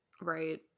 Right